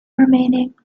remaining